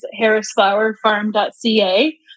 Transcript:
harrisflowerfarm.ca